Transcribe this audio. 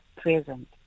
present